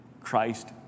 Christ